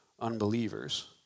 unbelievers